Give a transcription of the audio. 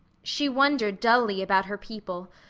she wondered dully about her people,